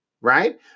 right